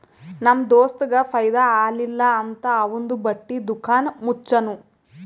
ನಮ್ ದೋಸ್ತಗ್ ಫೈದಾ ಆಲಿಲ್ಲ ಅಂತ್ ಅವಂದು ಬಟ್ಟಿ ದುಕಾನ್ ಮುಚ್ಚನೂ